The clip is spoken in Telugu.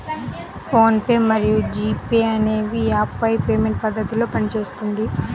ఫోన్ పే మరియు జీ పే అనేవి యూపీఐ పేమెంట్ పద్ధతిలో పనిచేస్తుంది